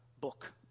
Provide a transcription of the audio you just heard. book